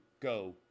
go